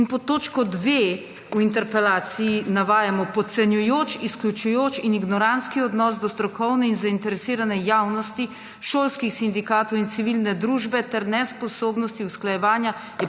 Pod točko 2 v interpelaciji navajamo podcenjujoč, izključujoč in ignorantski odnos do strokovne in zainteresirane javnosti, šolskih sindikatov in civilne družbe ter nesposobnost usklajevanja